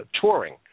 touring